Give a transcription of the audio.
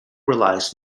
relies